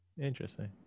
Interesting